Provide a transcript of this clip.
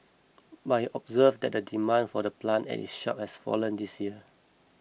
but he observed that the demand for the plant at his shop has fallen this year